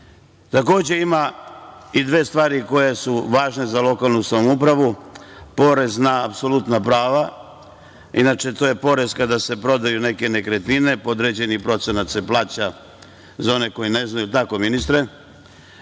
ima i dve stvari koje su važne za lokalnu samoupravu, porez na apsolutna prava. Inače, to je porez kada se prodaju neke nekretnine, određeni procenat se plaća, za one koji ne znaju, da li je